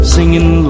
Singing